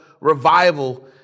revival